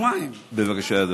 בבקשה.